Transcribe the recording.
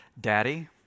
Daddy